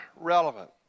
relevant